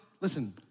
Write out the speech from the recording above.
Listen